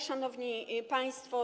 Szanowni Państwo!